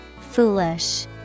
Foolish